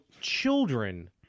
children